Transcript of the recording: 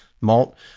malt